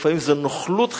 לפעמים זו נוכלות חברתית.